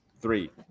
Three